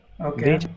Okay